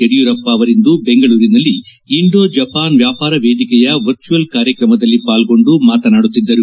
ಯಡಿಯೂರಪ್ಪ ಅವರಿಂದು ಬೆಂಗಳೂರಿನಲ್ಲಿ Indo Japan ವ್ಯಾಪಾರ ವೇದಿಕೆಯ ವರ್ಚ್ಯುಯಲ್ ಕಾರ್ಯಕ್ರಮದಲ್ಲಿ ಪಾಲ್ಗೊಂಡು ಮಾತನಾಡುತ್ತಿದ್ದರು